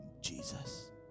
Jesus